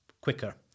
quicker